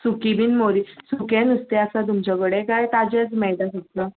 सुकी बीन मोरी सुकें नुस्तें आसा तुमचे कडेन काय ताजेंच मेळटा सुंगटा